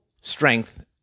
strength